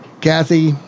Kathy